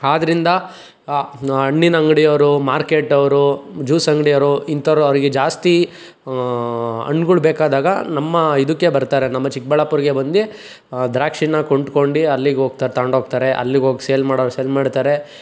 ಆದ್ರಿಂದ ಹಣ್ಣಿನ ಅಂಗಡಿಯವ್ರು ಮಾರ್ಕೆಟವರು ಜ್ಯೂಸ್ ಅಂಗಡಿಯವ್ರು ಇಂಥವ್ರು ಅವರಿಗೆ ಜಾಸ್ತಿ ಹಣ್ಣುಗಳ್ ಬೇಕಾದಾಗ ನಮ್ಮ ಇದಕ್ಕೆ ಬರ್ತಾರೆ ನಮ್ಮ ಚಿಕ್ಕಬಳ್ಳಾಪುರಕ್ಕೆ ಬಂದು ದ್ರಾಕ್ಷಿನ ಕೊಂಡ್ಕೊಂಡು ಅಲ್ಲಿಗೆ ಹೋಗ್ತರೆ ತಗೊಂಡು ಹೋಗ್ತರೆ ಅಲ್ಲಿಗೆ ಹೋಗ್ ಸೇಲ್ ಮಾಡೋರು ಸೇಲ್ ಮಾಡ್ತಾರೆ